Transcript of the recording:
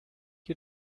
you